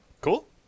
Cool